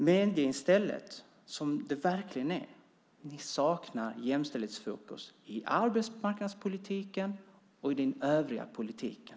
Medge i stället hur det verkligen är: Ni saknar jämställdhetsfokus i arbetsmarknadspolitiken och i den övriga politiken.